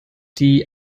die